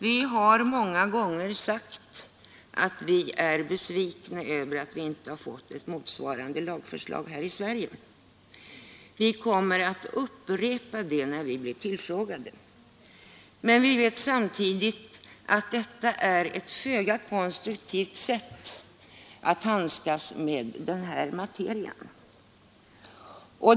Vi har många gånger sagt att vi är besvikna över att vi inte har fått ett motsvarande lagförslag här i Sverige. Vi kommer att upprepa det när vi blir tillfrågade, men vi vet samtidigt att detta är ett föga konstruktivt sätt att handskas med den här materian.